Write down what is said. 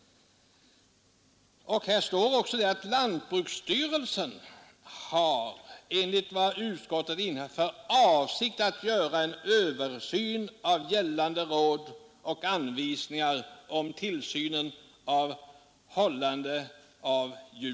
Där står också att ”lantbruksstyrelsen, enligt vad utskottet under hand inhämtat, har för avsikt att göra en översyn av gällande råd och anvisningar om tillsynen över hållande av djur”.